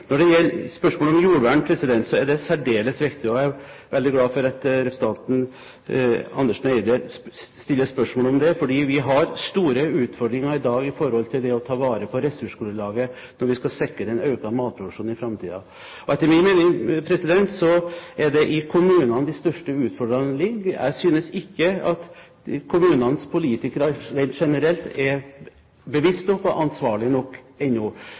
Når det gjelder spørsmålet om jordvern, er det særdeles viktig, og jeg er veldig glad for at representanten Andersen Eide stiller spørsmål om det, for vi har store utfordringer i dag når det gjelder å ta vare på ressursgrunnlaget, når vi skal sikre den økte matproduksjonen i framtiden. Etter min mening er det i kommunene de største utfordringene ligger. Jeg synes ikke at kommunenes politikere rent generelt er bevisst nok og ansvarlig nok ennå.